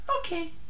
Okay